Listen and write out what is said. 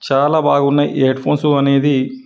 చాలా బాగున్నాయి ఈ హెడ్ఫోన్సు అనేది